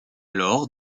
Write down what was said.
alors